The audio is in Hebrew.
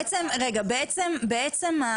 בעצם,